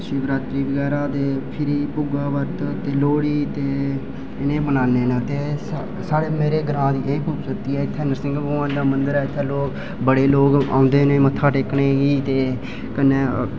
ते और शिबरात्री बगैरा ते फिरी भुग्गे दा बर्त लोह्ड़ी ते इनें गी मनाने न ते मेरे ग्रां दी एह खूबसूरती ऐ इत्थै नरसिंह भगबान दा मंदर ऐ बडे़ लोक औंदे न मत्था टेकने गी कन्नै